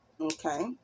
Okay